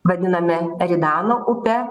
vadiname eridano upe